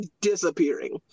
disappearing